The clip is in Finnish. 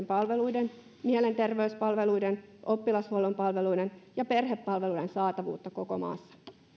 palveluiden mielenterveyspalveluiden oppilashuollon palveluiden ja perhepalveluiden saatavuutta koko maassa